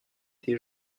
des